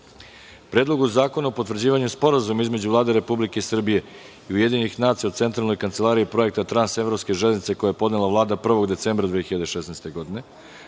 Predlogu zakona o potvrđivanju Sporazuma između Vlade Republike Srbije i Ujedinjenih nacija o Centralnoj kancelariji Projekta Trans-evropske železnice, koji je podnela Vlada, 1. decembra 2016. godine;